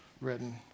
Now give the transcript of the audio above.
written